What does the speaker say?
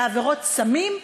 בעבירות סמים,